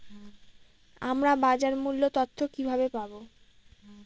আমরা বাজার মূল্য তথ্য কিবাবে পাবো?